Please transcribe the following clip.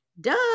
Duh